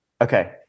Okay